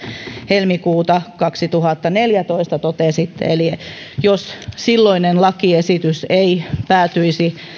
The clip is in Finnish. helmikuuta kaksituhattaneljätoista totesitte eli että jos silloinen lakiesitys ei päätyisi